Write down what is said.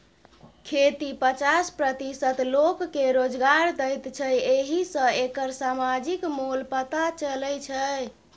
खेती पचास प्रतिशत लोककेँ रोजगार दैत छै एहि सँ एकर समाजिक मोल पता चलै छै